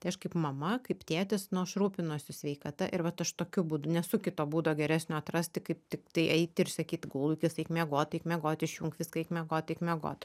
tai aš kaip mama kaip tėtis nu aš rūpinuosi sveikata ir vat aš tokiu būdu nesu kito būdo geresnio atrasti kaip tiktai eiti ir sakyt gulkis eik miegot eik miegot išjunk viską eik miegot eik miegot